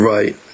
Right